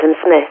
Smith